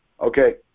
Okay